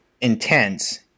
intense